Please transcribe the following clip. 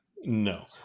no